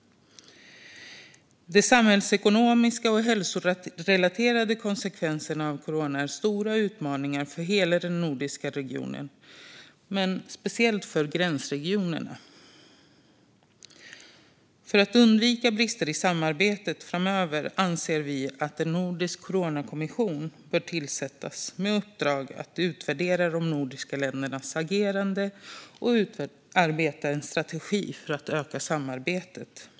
De samhällsekonomiska och hälsorelaterade konsekvenserna av corona är stora utmaningar för hela den nordiska regionen, men speciellt för gränsregionerna. För att undvika brister i samarbetet framöver anser vi att en nordisk coronakommission bör tillsättas, med uppdrag att utvärdera de nordiska ländernas agerande och utarbeta en strategi för att öka samarbetet.